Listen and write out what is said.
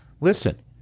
Listen